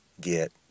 get